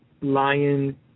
lion